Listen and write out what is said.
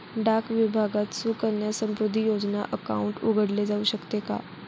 डाक विभागात सुकन्या समृद्धी योजना अकाउंट उघडले जाऊ शकते का?